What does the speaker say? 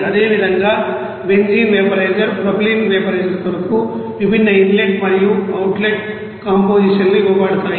అదే విధంగా benzene vaporizer propylene vaporizer కొరకు విభిన్న ఇన్ లెట్ మరియు అవుట్ లెట్ కంపోజిషన్లు ఇవ్వబడతాయి